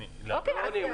לא עונים.